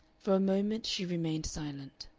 for a moment she remained silent.